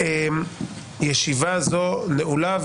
ישיבה זו נעולה.